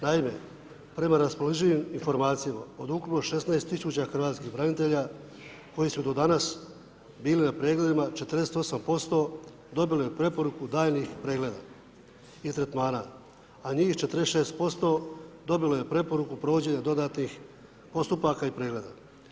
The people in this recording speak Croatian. Naime, prema raspoloživim informacijama od ukupno 16 tisuća hrvatskih branitelja koji su do danas bili na pregledima 48% dobili preporuku daljnjih preporuka i tretmana a njih 46% dobilo je preporuku provođenja dodatnih postupaka i pregleda.